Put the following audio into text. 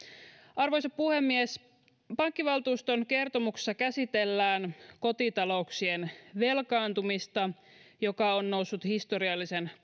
arvoisa puhemies pankkivaltuuston kertomuksessa käsitellään kotitalouksien velkaantumista joka on noussut historiallisen korkealle